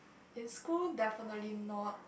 in school definitely not